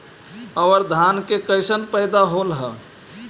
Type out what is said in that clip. अबर धान के कैसन पैदा होल हा?